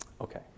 Okay